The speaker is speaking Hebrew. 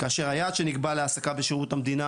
כאשר היעד שנקבע להעסקה בשירות המדינה